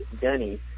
Denny